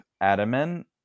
adamant